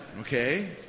okay